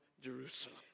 Jerusalem